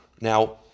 Now